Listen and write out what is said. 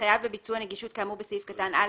חייב בביצוע נגישות כאמור בסעיף קטן (א),